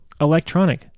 Electronic